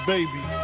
Baby